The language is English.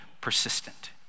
persistent